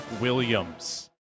Williams